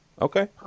Okay